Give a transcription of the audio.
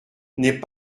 n’est